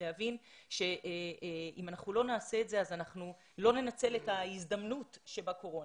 להבין שאם אנחנו לא נעשה את זה אז אנחנו לא ננצל את ההזדמנות שבקורונה.